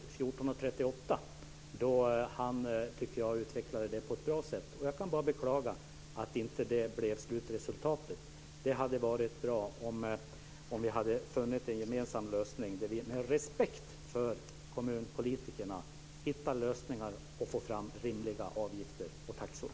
14.38, där han utvecklar detta på ett bra sätt. Jag kan bara beklaga att inte detta blev slutresultatet. Det skulle ha varit bra om vi hade funnit en gemensam lösning där vi med respekt för kommunpolitikerna hittar lösningar och får fram rimliga avgifter och taxor.